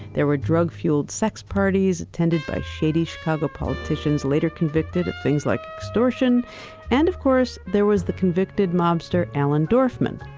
there were drug-fueled sex parties attended by shady chicago politicians later convicted of things like extortion and of course, there was the convicted mobster allen dorfman,